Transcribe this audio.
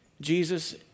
Jesus